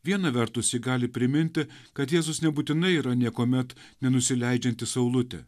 viena vertus ji gali priminti kad jėzus nebūtinai yra niekuomet nenusileidžianti saulutė